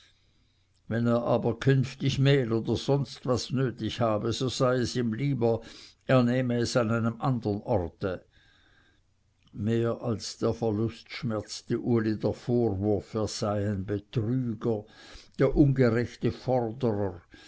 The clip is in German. wenn er aber künftig mehl oder was sonst nötig habe so sei es ihm lieber er nehme es an einem andern orte mehr als der verlust schmerzte uli der vorwurf er sei der betrüger der ungerechte forderer